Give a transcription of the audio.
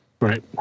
Right